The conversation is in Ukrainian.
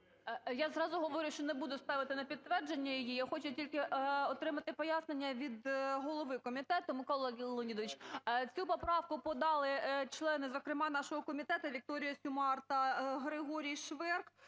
Я зразу говорю, що не буду ставити на підтвердження її. Я хочу тільки отримати пояснення від голови комітету. Микола Леонідовичу, цю поправку подали члени, зокрема, нашого комітету Вікторія Сюмар та Григорій Шверк,